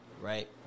right